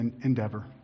endeavor